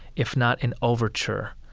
if not an overture,